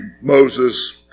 Moses